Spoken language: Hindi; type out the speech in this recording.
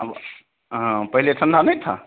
अब हाँ पहले ठंडी नहीं थी